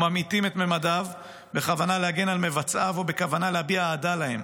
או ממעיטים את ממדיו בכוונה להגן על מבצעיו או בכוונה להביע אהדה להם,